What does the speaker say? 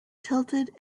tilted